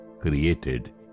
created